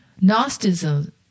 Gnosticism